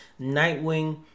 Nightwing